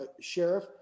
Sheriff